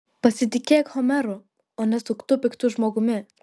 pasitikėk homeru o ne suktu piktu žmogumi